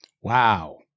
Wow